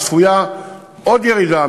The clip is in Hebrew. אז צפויה עוד ירידה,